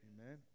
Amen